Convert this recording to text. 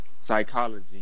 psychology